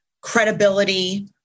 credibility